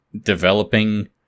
developing